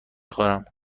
خورم